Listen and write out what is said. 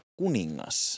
kuningas